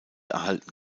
erhalten